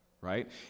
right